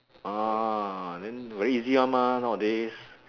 ah then very easy [one] mah nowadays